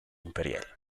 imperial